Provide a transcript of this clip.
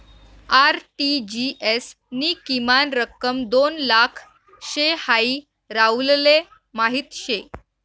RTGS नी किमान रक्कम दोन लाख शे हाई राहुलले माहीत शे